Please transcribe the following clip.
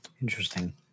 Interesting